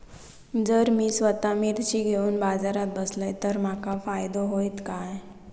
जर मी स्वतः मिर्ची घेवून बाजारात बसलय तर माका फायदो होयत काय?